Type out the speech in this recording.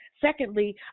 Secondly